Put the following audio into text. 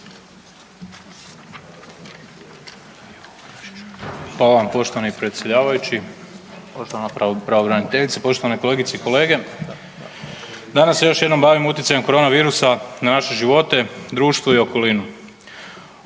vam poštovani predsjedavajući. Poštovana pravobraniteljice, poštovane kolegice i kolege. Danas se još jednom bavimo utjecajem korona virusa na naše živote, društvo i okolinu